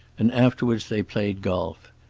and afterwards they played golf.